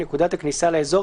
בנקודת הכניסה לאזור,